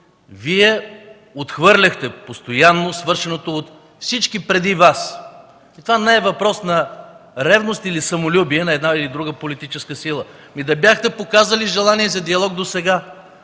Вие отхвърляхте постоянно свършеното от всички преди Вас. Това не е въпрос на ревност или самолюбие на една или друга политическа сила, да бяхте показали желание за диалог досега.